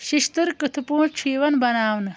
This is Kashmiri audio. ششتٕر کِتھ پٲٹھۍ چھُ یوان بناونہٕ